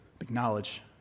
Acknowledge